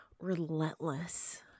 relentless